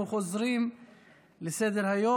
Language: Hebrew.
אנחנו חוזרים לסדר-היום,